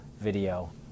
video